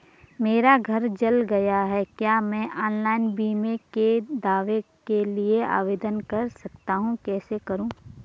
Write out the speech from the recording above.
मेरा घर जल गया है क्या मैं ऑनलाइन बीमे के दावे के लिए आवेदन कर सकता हूँ कैसे करूँ?